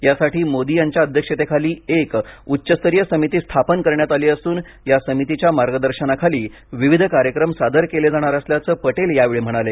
यासाठी मोदी यांच्या अध्यक्षतेखाली एक उच्चस्तरीय समिती स्थापन करण्यात आली असून या समितीच्या मार्गदर्शनखाली विविध कार्यक्रम सादर केले जाणार असल्याचं पटेल यावेळी म्हणाले